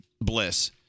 Bliss